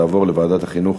תעבור לוועדת החינוך